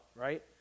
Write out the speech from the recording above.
right